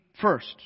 first